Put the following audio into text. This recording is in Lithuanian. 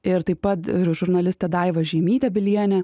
ir taip pat ir žurnalistė daiva žeimytė bilienė